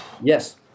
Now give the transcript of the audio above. yes